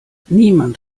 niemand